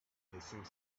hissing